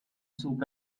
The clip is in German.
zog